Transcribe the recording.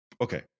okay